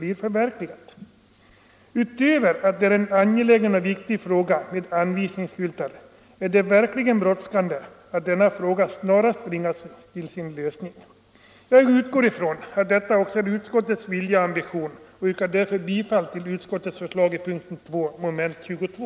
Utöver att anvisningsskyltarna är en angelägen och viktig fråga är det verkligen brådskande att den snarast bringas till sin lösning. Jag utgår från att detta också är utskottets vilja och ambition, och jag yrkar därför bifall till utskottets förslag i punkten 2 mom. 22.